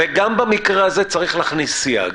וגם במקרה הזה צריך להכניס סייג,